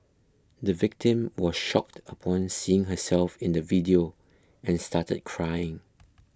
the victim was shocked upon seeing herself in the video and started crying